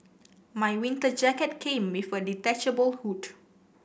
my winter jacket came with a detachable hood